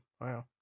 wow